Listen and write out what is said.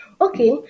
okay